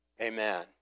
Amen